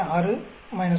6 1